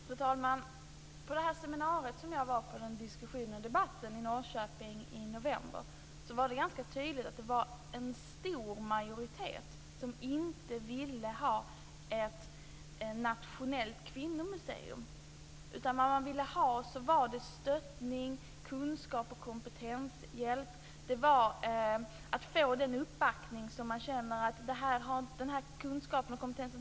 Fru talman! I diskussionen och debatten på det seminarium som jag var på i Norrköping i november var det ganska tydligt att det var en stor majoritet som inte ville ha ett nationellt kvinnomuseum. Det man ville ha var stöttning och hjälp med kunskap och kompetens. Man vill få uppbackning när man känner att man inte har en viss kunskap och kompetens.